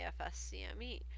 AFSCME